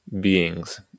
beings